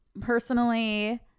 personally